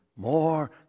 More